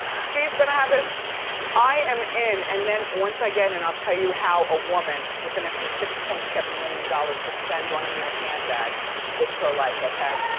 she's gonna have, i am in. and then once i get in i'll tell you how a woman with an extra six point seven million dollars to spend on a mere handbag lives her life, okay?